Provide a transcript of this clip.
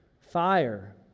fire